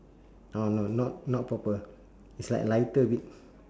orh no not not purple it's like lighter a bit